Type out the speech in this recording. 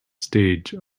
stage